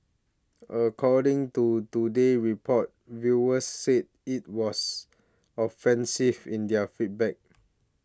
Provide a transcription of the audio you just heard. according to Today Report viewers said it was offensive in their feedback